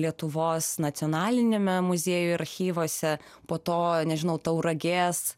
lietuvos nacionaliniame muziejuj archyvuose po to nežinau tauragės